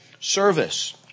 service